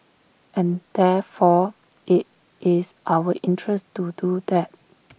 and therefore IT is our interest to do that